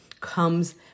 comes